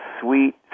sweet